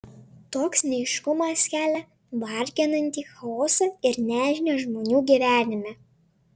toks neaiškumas kelia varginantį chaosą ir nežinią žmonių gyvenime